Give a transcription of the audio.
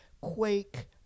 Quake